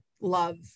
love